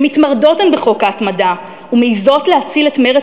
שמתמרדות הן בחוק ההתמדה ומעזות להציל את מרד